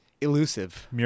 elusive